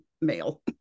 male